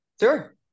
sure